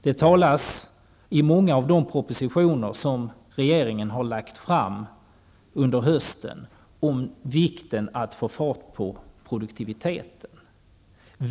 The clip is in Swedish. Det talas i många av de propositioner som regeringen har lagt fram under hösten om vikten av att få fart på produktiviteten.